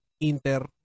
Inter